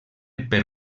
per